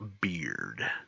Beard